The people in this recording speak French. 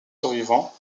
survivants